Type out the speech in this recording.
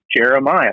Jeremiah